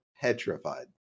petrified